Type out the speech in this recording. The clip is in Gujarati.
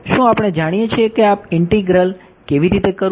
શું આપણે જાણીએ છીએ કે આ ઇન્ટીગ્રલ કેવી રીતે કરવું